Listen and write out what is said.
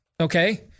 Okay